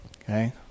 Okay